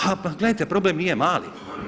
A pa gledajte, problem nije mali.